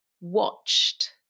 watched